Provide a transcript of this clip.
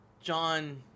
John